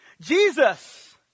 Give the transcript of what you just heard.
Jesus